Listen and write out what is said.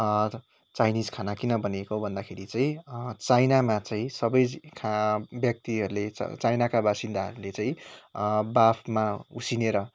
Chinese खाना किन भनिएको भन्दाखेरि चाहिँ चाइनामा चाहिँ सबै व्यक्तिहरूले चाइनाका वसिन्दाहरूले चाहिँ बाफमा उसिनेर